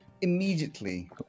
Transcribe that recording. immediately